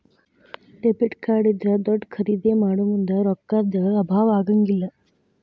debit card ಇದ್ರಾ ದೊಡ್ದ ಖರಿದೇ ಮಾಡೊಮುಂದ್ ರೊಕ್ಕಾ ದ್ ಅಭಾವಾ ಆಗಂಗಿಲ್ಲ್